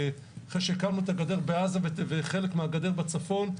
אחרי שהקמנו את הגדר בעזה וחלק מהגדר בצפון,